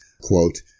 quote